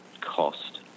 cost